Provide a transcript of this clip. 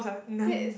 that is